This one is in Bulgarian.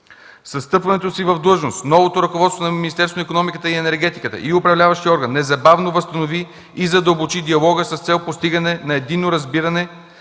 С встъпването си в длъжност новото ръководство на Министерството на икономиката и енергетиката и управляващият орган незабавно възстанови и задълбочи диалога с цел постигане на единно разбиране